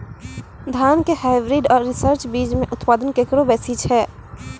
धान के हाईब्रीड और रिसर्च बीज मे उत्पादन केकरो बेसी छै?